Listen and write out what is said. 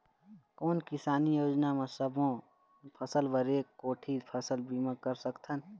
कोन किसानी योजना म सबों फ़सल बर एक कोठी फ़सल बीमा कर सकथन?